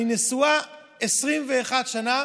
אני נשואה 21 שנה